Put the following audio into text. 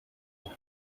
with